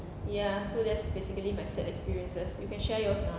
ya so that's basically my sad experiences you can share yours now